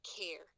care